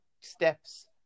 steps